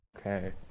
Okay